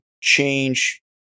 change